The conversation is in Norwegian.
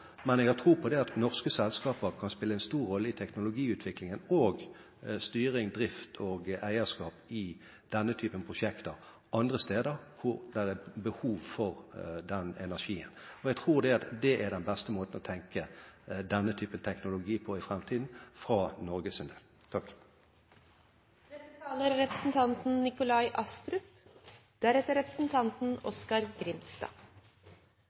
Men jeg har tro på at norske selskaper kan spille en stor rolle i teknologiutviklingen og styring, drift og eierskap i denne typen prosjekter andre steder, hvor det er behov for den energien. Jeg tror at det er den beste måten å tenke på denne typen teknologi på i framtiden fra Norges side. Jeg må først få si at jeg er enig i veldig mye av det den forrige representanten